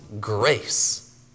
grace